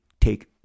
take